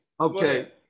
okay